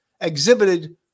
exhibited